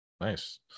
Nice